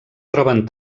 troben